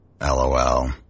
LOL